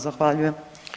Zahvaljujem.